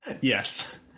yes